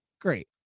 Great